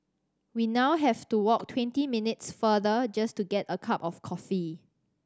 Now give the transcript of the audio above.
we now have to walk twenty minutes farther just to get a cup of coffee